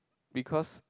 because